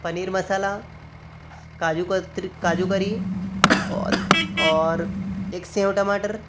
पनीर मसाला काजू काजू करी और और एक सेब टमाटर